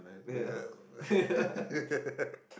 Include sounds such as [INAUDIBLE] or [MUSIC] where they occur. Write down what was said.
yeah yeah [LAUGHS]